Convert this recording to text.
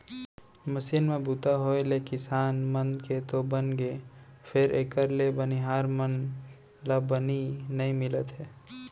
machine म बूता होय ले किसान मन के तो बनगे फेर एकर ले बनिहार मन ला बनी नइ मिलत हे